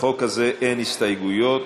לחוק הזה אין הסתייגויות.